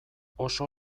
oso